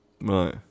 Right